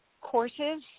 courses